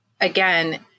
again